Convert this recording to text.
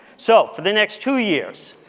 so, for the next two years,